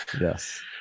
Yes